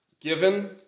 given